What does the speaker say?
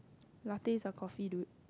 Latte is a coffee dude